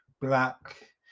black